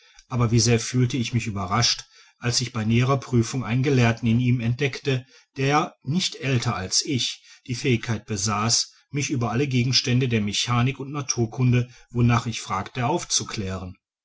aber wie sehr fühlte ich mich überrascht als ich bei näherer prüfung einen gelehrten in ihm entdeckte der nicht älter als ich die fähigkeit besaß mich über alle gegenstände der mechanik und naturkunde wonach ich fragte aufzuklären